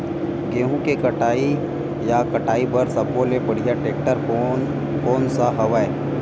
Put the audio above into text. गेहूं के कटाई या कटाई बर सब्बो ले बढ़िया टेक्टर कोन सा हवय?